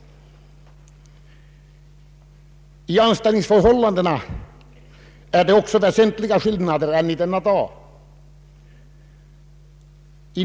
Även i anställningsförhållandena råder väsentliga skillnader än i denna dag.